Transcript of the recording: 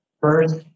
first